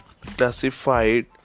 classified